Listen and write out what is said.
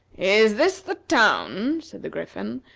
is this the town, said the griffin,